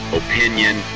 opinion